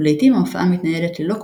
ולעיתים ההופעה מתנהלת ללא 'כותרת'